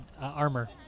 armor